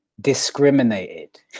discriminated